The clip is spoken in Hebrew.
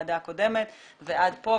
מהוועדה הקודמת ועד פה,